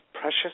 precious